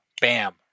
bam